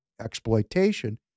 exploitation